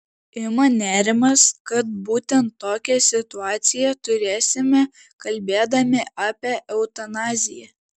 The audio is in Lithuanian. ima nerimas kad būtent tokią situaciją turėsime kalbėdami apie eutanaziją